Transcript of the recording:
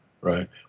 Right